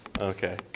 Okay